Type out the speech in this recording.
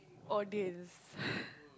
audience